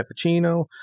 cappuccino